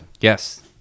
Yes